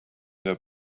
their